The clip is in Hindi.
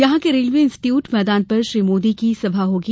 यहां के रेलवे इंस्टीट्यूट मैदान पर श्री मोदी की सभा होगी